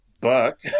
Buck